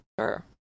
Sure